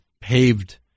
paved